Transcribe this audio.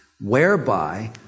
whereby